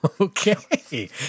Okay